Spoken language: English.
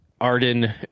Arden